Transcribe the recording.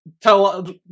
tell